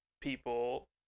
people